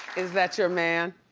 is that your man?